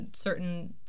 certain